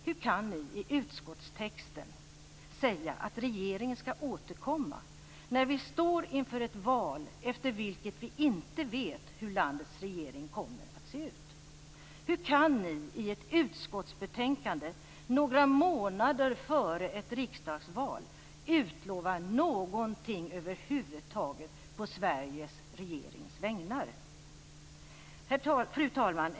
Hur kan ni i utskottstexten säga att regeringen skall återkomma, när vi står inför ett val efter vilket vi inte vet hur landets regering kommer att se ut? Hur kan ni i ett utskottsbetänkande några månader före ett riksdagsval utlova någonting över huvud taget på Sveriges regerings vägnar? Fru talman!